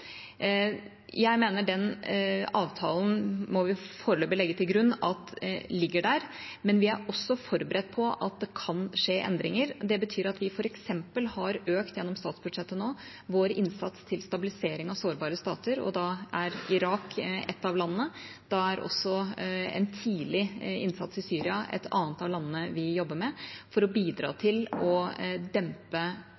Jeg mener at vi foreløpig må legge til grunn at den avtalen ligger der, men vi er også forberedt på at det kan skje endringer. Det betyr f.eks. at vi gjennom statsbudsjettet nå har økt vår innsats til stabilisering av sårbare stater, og da er Irak ett av landene. Da er også Syria, og en tidlig innsats der, et annet av landene vi jobber med, for å bidra